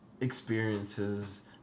experiences